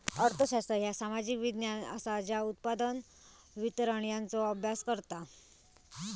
अर्थशास्त्र ह्या सामाजिक विज्ञान असा ज्या उत्पादन, वितरण यांचो अभ्यास करता